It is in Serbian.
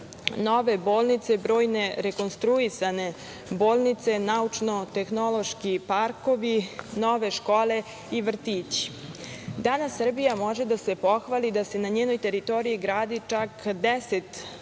nove bolnice, brojne rekonstruisane bolnice, naučno-tehnološki parkovi, nove škole i vrtići. Danas Srbija može da se pohvali da se na njenoj teritoriji gradi čak 10